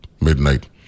midnight